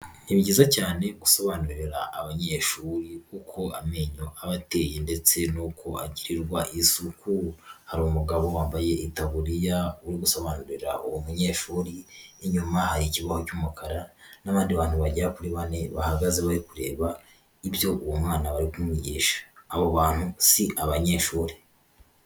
Ni byiza cyane gusobanurira abanyeshuri uko amenyo aba ateye, ndetse n'uko agirirwa isuku. Hari umugabo wambaye itaburiya uri gusobanurira uwo munyeshuri. Inyuma hari ikibaho cy'umukara n'abandi bantu bagera kuri bane bahagaze bari kureba ibyo uwo mwana bari kumwigisha, abo bantu si abanyeshuri.